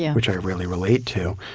yeah which i really relate to,